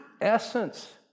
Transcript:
essence